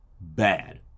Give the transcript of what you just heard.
bad